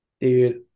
Dude